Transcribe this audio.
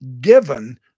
given